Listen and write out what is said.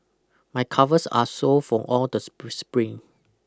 my calves are sore from all the spring